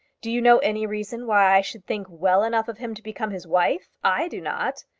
do you know any reason why i should think well enough of him to become his wife? i do not.